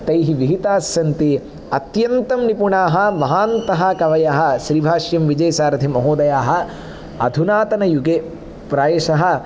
तैः विहितास्सन्ति अत्यन्तं निपुणाः महान्तः कवयः श्रीभाष्यं विजयसारथिमहोदयः अधुनातन युगे प्रायशः